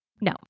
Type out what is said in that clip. No